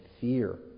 fear